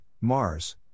Mars